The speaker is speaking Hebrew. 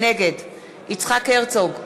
נגד יצחק הרצוג,